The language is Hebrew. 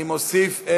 47,